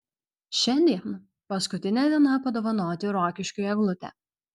šiandien paskutinė diena padovanoti rokiškiui eglutę